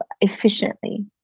efficiently